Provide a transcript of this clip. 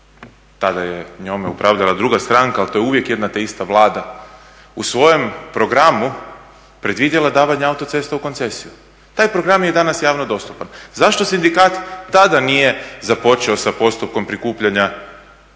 tada je njome upravljala druga stranka ali to je uvijek jedna te ista Vlada u svojem programu predvidjela davanje autocesta u koncesiju. Taj program je i danas javno dostupan. Zašto sindikat tada nije započeo sa postupkom prikupljanja